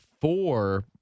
four